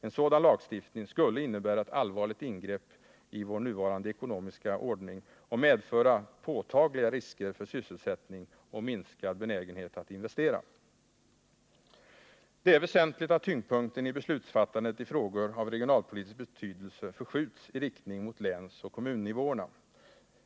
En sådan lagstiftning skulle innebära ett allvarligt ingrepp i vår nuvarande ekonomiska ordning och medföra påtagliga risker för sysselsättning och minskad investeringsbenägenhet. Det är väsentligt att tyngdpunkten i beslutsfattandet i frågor av regionalpolitisk betydelse förskjuts i riktning mot länsoch kommunnivåerna.